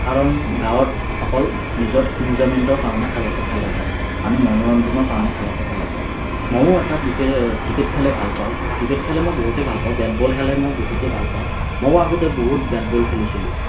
কাৰণ গাঁৱত অকল নিজৰ ইঞ্জয়মেণ্টৰ কাৰণে খেলটো খেলা যায় মানে মনোৰঞ্জনৰ কাৰণে খেলটো খেলা যায় মইও এটা ক্ৰিকেট ক্ৰিকেট খেলেই ভাল পাওঁ ক্ৰিকেট খেলি মই বহুতেই ভাল পাওঁ বেট বল মই খেলা মই বহুতেই ভাল পাওঁ মইও আগতে বহুত বেট বল খেলিছিলোঁ